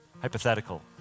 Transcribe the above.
hypothetical